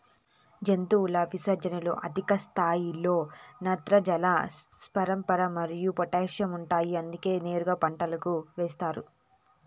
జంతువుల విసర్జనలలో అధిక స్థాయిలో నత్రజని, భాస్వరం మరియు పొటాషియం ఉంటాయి అందుకే నేరుగా పంటలకు ఏస్తారు